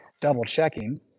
double-checking